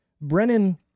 Brennan